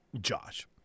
Josh